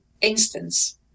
instance